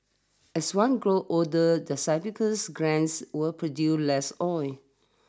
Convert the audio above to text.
as one grows older the sebaceous glands will produce less oil